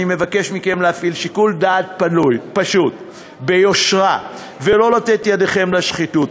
אני מבקש מכם להפעיל שיקול דעת פשוט ביושרה ולא לתת ידכם לשחיתות.